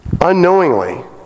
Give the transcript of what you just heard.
unknowingly